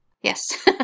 Yes